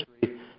history